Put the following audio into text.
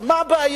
אז מה הבעיה?